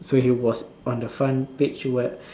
so he was on the front page [what]